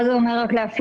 מה זה אומר לאפיין?